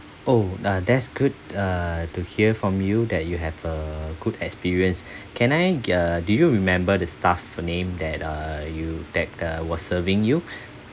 oh uh that's good uh to hear from you that you have a good experience can I uh do you remember the staff name that uh you that uh was serving you